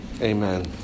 amen